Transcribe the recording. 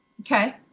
Okay